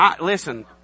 Listen